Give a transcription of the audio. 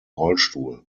rollstuhl